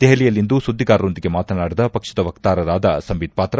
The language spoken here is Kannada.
ದೆಹಲಿಯಲ್ಲಿಂದು ಸುದ್ದಿಗಾರರೊಂದಿಗೆ ಮಾತನಾಡಿದ ಪಕ್ಷದ ವಕ್ತಾರರಾದ ಸಂಬಿತ್ ಪಾತ್ರ